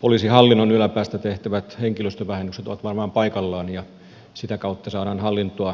poliisihallinnon yläpäästä tehtävät henkilöstövähennykset ovat varmaan paikallaan ja sitä kautta saadaan hallintoa kevennettyä